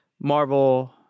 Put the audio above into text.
Marvel